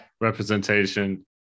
representation